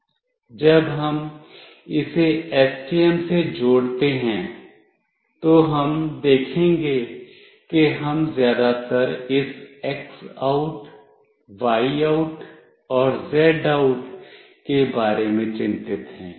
जब हम इसे एसटीएम से जोड़ते हैं तो हम देखेंगे कि हम ज्यादातर इस X OUT Y OUT और Z OUT के बारे में चिंतित हैं